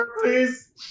please